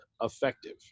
effective